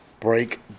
break